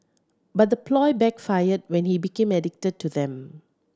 but the ploy backfired when he became addicted to them